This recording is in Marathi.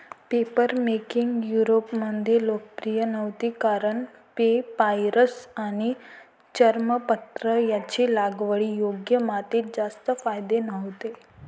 पेपरमेकिंग युरोपमध्ये लोकप्रिय नव्हती कारण पेपायरस आणि चर्मपत्र यांचे लागवडीयोग्य मातीत जास्त फायदे नव्हते